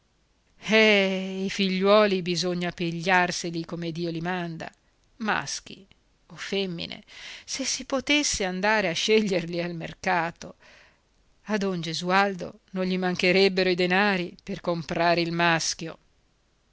eh i figliuoli bisogna pigliarseli come dio li manda maschi o femmine se si potesse andare a sceglierli al mercato a don gesualdo non gli mancherebbero i denari per comprare il maschio